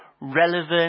relevant